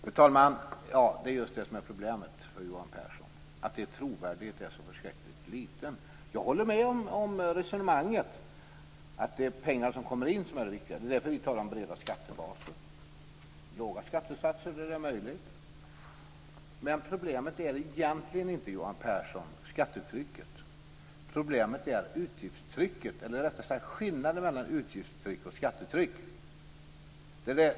Fru talman! Problemet för Johan Pehrson är att er trovärdighet är så liten. Jag håller med om resonemanget, att det är pengarna som kommer in som är det viktiga. Det är därför vi talar om breda skattebaser och låga skattesatser, där det är möjligt. Problemet är egentligen inte skattetrycket, utan skillnaden mellan utgiftstryck och skattetryck.